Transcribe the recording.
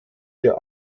der